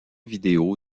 vidéo